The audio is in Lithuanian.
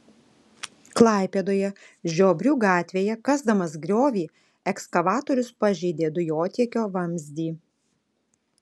klaipėdoje žiobrių gatvėje kasdamas griovį ekskavatorius pažeidė dujotiekio vamzdį